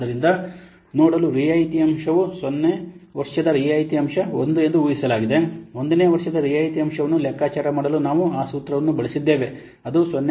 ಆದ್ದರಿಂದ ನೋಡಲು ರಿಯಾಯಿತಿ ಅಂಶವು 0 ನೇ ವರ್ಷದ ರಿಯಾಯಿತಿ ಅಂಶ 1 ಎಂದು ಊಹಿಸಲಾಗಿದೆ 1 ನೇ ವರ್ಷದ ರಿಯಾಯಿತಿ ಅಂಶವನ್ನು ಲೆಕ್ಕಾಚಾರ ಮಾಡಲು ನಾವು ಆ ಸೂತ್ರವನ್ನು ಬಳಸಿದ್ದೇವೆ ಅದು 0